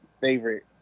favorite